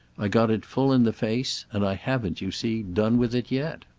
i got it full in the face, and i haven't, you see, done with it yet.